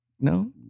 No